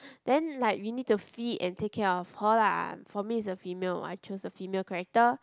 then like we need to feed and take care of her lah for me is a female I chose a female character